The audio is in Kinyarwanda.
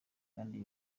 kandi